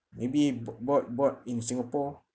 maybe bo~ bought bought in singapore